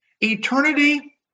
Eternity